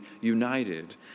united